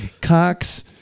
Cox